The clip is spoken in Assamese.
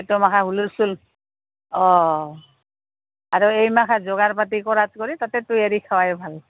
সেইটো মাখা হুলস্থুল অঁ আৰু এই মাখা যোগাৰ পাতি কৰাত কৰি তাতে তৈয়েৰি খাৱাই ভাল